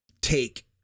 take